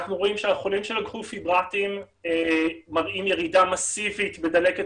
אנחנו רואים שחולים שלקחו פיברטים מראים ירידה מסיבית בדלקת